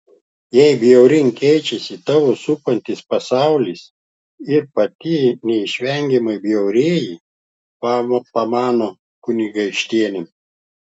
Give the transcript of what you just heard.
jei bjauryn keičiasi tave supantis pasaulis ir pati neišvengiamai bjaurėji pamano kunigaikštienė